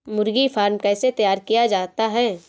मुर्गी फार्म कैसे तैयार किया जाता है?